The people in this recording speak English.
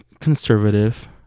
conservative